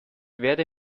werde